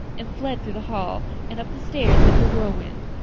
and fled through the hall and up the stairs like a whirlwind.